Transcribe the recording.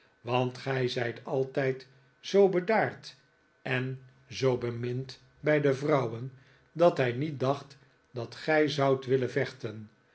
want gij zijt altijd zoo bedaard en zoo bemind bij de vrouwen dat hij niet dacht dat gij zoudt willen vechten